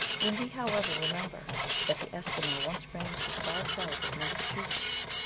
when we, however, remember that the eskimo once ranged as far south as massachusetts,